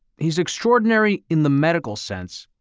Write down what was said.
he's extraordinary in the medical sense,